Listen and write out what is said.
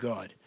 God